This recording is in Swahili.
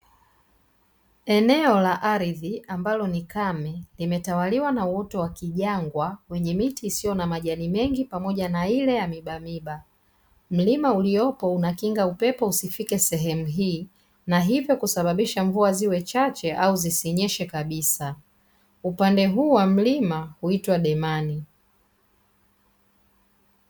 Eneo la ardhi ambalo ni kame, limetawaliwa na uoto wa kijangwa wenye miti isiyo na majani mengi pamoja na ile ya mibamiba. Mlima uliopo unakinga upepo usifike sehemu hii na hivyo kusababisha mvua ziwe chache au zisinyeshe kabisa. Upande huu wa mlima huitwa demani.